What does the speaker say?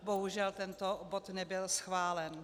Bohužel, tento bod nebyl schválen.